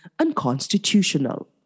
unconstitutional